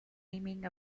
aiming